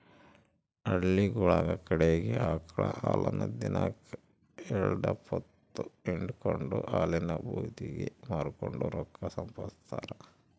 ಹಳ್ಳಿಗುಳ ಕಡಿಗೆ ಆಕಳ ಹಾಲನ್ನ ದಿನಕ್ ಎಲ್ಡುದಪ್ಪ ಹಿಂಡಿಕೆಂಡು ಹಾಲಿನ ಭೂತಿಗೆ ಮಾರಿಕೆಂಡು ರೊಕ್ಕ ಸಂಪಾದಿಸ್ತಾರ